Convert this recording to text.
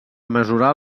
mesurar